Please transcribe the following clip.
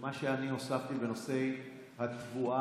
ומה שאני הוספתי בנושא התבואה,